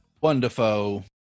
Wonderful